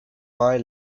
mai